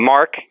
Mark